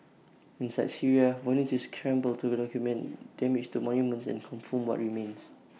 inside Syria volunteers scramble to document damage to monuments and confirm what remains